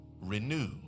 renew